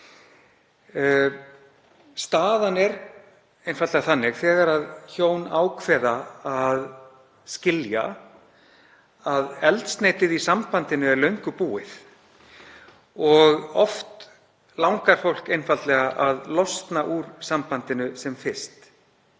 Staðan er einfaldlega þannig þegar hjón ákveða að skilja að eldsneytið í sambandinu er löngu búið og oft langar fólk einfaldlega að losna úr sambandinu sem fyrst,